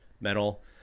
metal